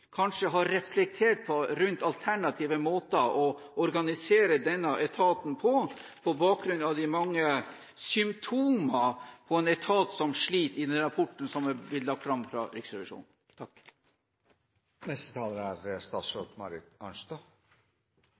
kanskje har reflektert rundt alternative måter å organisere denne etaten på, på bakgrunn av de mange symptomer på en etat som sliter, i den rapporten som er blitt lagt fram fra Riksrevisjonen.